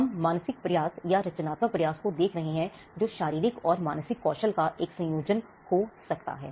हम मानसिक प्रयास या रचनात्मक प्रयास को देख रहे हैं जो शारीरिक और मानसिक कौशल का एक संयोजन हो सकता है